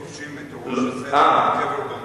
אין כובשים את ראש ההר אם אין קבר במורד.